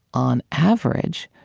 on average,